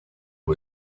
who